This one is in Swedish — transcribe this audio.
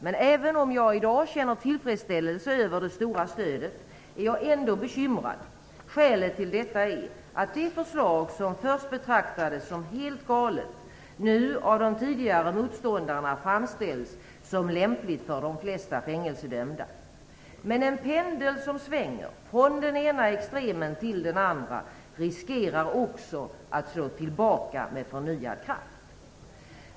Men även om jag i dag känner tillfredsställelse över det stora stödet, är jag bekymrad. Skälet till detta är att det förslag som först betraktades som helt galet nu av de tidigare motståndarna framställs som lämpligt för de flesta fängelsedömda. Men en pendel som svänger från den ena extremen till den andra riskerar också att slå tillbaka med förnyad kraft.